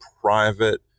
private